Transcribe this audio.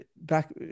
back